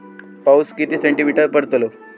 पाऊस किती सेंटीमीटर पडलो?